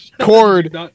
Cord